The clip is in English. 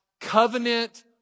covenant